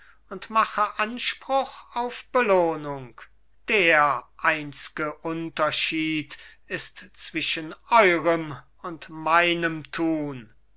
und mache anspruch auf belohnung der einzge unterschied ist zwischen eurem und meinem tun